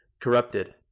Corrupted